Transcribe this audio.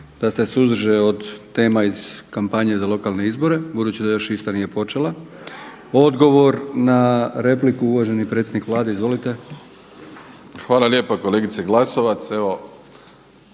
Hvala lijepa kolegice Glasovac.